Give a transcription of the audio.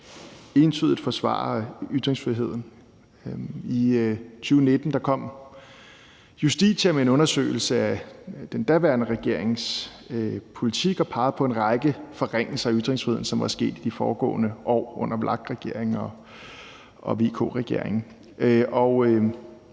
som entydigt forsvarer ytringsfriheden. I 2019 kom Justitia med en undersøgelse af den daværende regerings politik og pegede på en række forringelser af ytringsfriheden, som var sket de foregående år under VLAK-regeringen